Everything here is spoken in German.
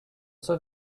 zur